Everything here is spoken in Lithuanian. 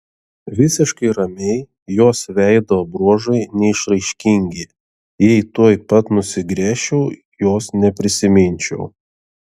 visiškai ramiai jos veido bruožai neišraiškingi jei tuoj pat nusigręžčiau jos neprisiminčiau